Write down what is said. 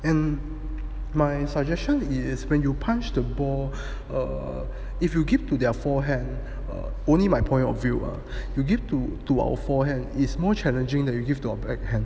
and my suggestion is when you punch the ball err if you give to their forehand err only my point of view err you give to to our forehand is more challenging than you give to our forehand